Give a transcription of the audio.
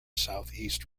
southeast